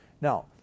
Now